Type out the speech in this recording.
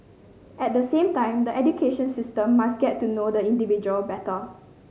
at the same time the education system must get to know the individual better